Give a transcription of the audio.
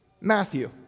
Matthew